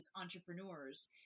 entrepreneurs